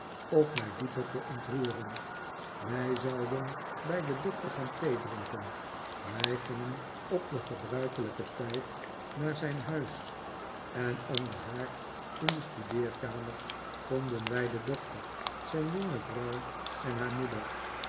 of mij dieper te ontroeren wij zouden bij den doctor gaan theedrinken wij gingen op den gebruikelijken tijd naar zijn huis en om den haard in de studeerkamer vonden wij den doctor zijn jonge vrouw en haar moeder